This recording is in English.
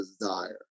desire